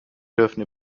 dürfen